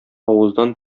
авыздан